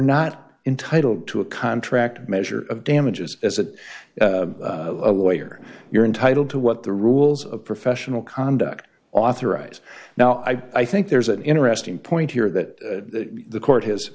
not entitled to a contract a measure of damages as it a lawyer you're entitled to what the rules of professional conduct authorized now i think there's an interesting point here that the court h